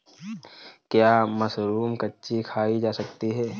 क्या मशरूम कच्ची खाई जा सकती है?